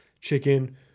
chicken